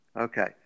Okay